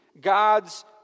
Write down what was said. God's